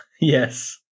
yes